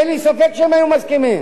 אין לי ספק שהם היו מסכימים.